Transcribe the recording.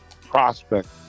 prospect